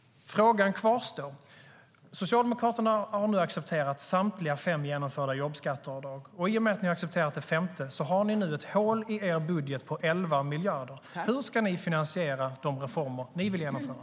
Frågan kvarstår. Socialdemokraterna har nu accepterat samtliga fem genomförda jobbskatteavdrag. I och med att ni har accepterat det femte har ni nu ett hål i er budget på 11 miljarder. Hur ska ni finansiera de reformer ni vill genomföra?